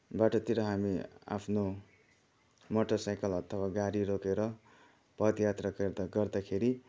बाटोतिर हामी आफ्नो मोटरसाइकल अथवा गाडी रोकेर पदयात्रा गर्दा गर्दाखेरि